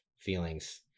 feelings